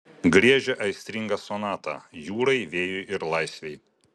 griežia aistringą sonatą jūrai vėjui ir laisvei